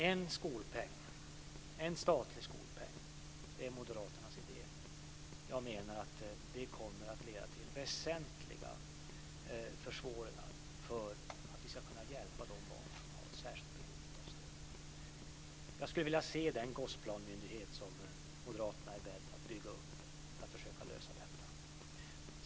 Fru talman! En statlig skolpeng är Moderaternas idé. Jag menar att det kommer att leda till att det blir väsentligt svårare att hjälpa de barn som har ett särskilt behov av stöd. Jag skulle vilja se den myndighet som Moderaterna är beredda att bygga upp för att försöka lösa detta.